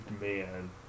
man